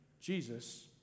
Jesus